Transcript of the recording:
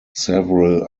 several